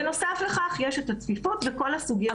בנוסף לכך יש את הצפיפות וכל הסוגיות שאתם העליתם.